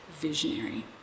visionary